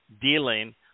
dealing